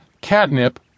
catnip